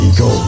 go